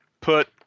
put